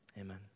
amen